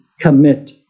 commit